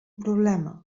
problema